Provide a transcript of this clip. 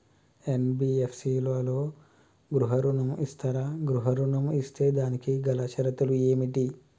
NBFC లలో గృహ ఋణం ఇస్తరా? గృహ ఋణం ఇస్తే దానికి గల షరతులు ఏమిటి?